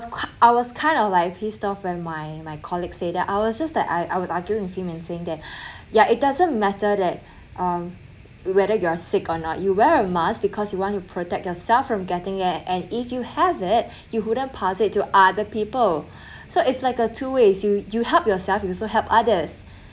I was kind of like pissed off when my my colleague say that I was just that I I was arguing with him saying that ya it doesn't matter that uh whether you're sick or not you wear a mask because you want you protect yourself from getting it and if you have it you wouldn't pass it to other people so it's like a two ways you you help yourself you also help others